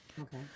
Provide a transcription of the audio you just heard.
Okay